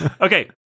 Okay